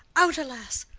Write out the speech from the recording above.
out alas!